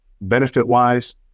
benefit-wise